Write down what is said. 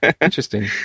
Interesting